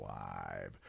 live